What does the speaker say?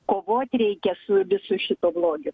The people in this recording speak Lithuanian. kovot reikia su visu šituo blogiu